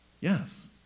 Yes